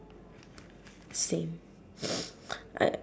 same I